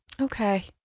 Okay